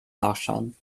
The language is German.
nachschauen